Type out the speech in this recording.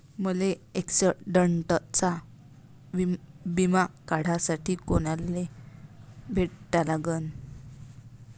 मले ॲक्सिडंटचा बिमा काढासाठी कुनाले भेटा लागन?